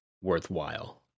worthwhile